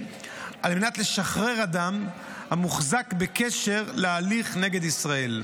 על מנת לשחרר אדם המוחזק בקשר להליך נגד ישראל.